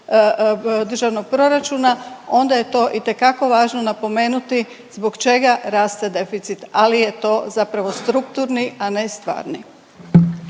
državnog proračuna onda je to itekako važno napomenuti zbog čega raste deficit. Ali je to zapravo strukturni, a ne stvarni.